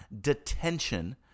detention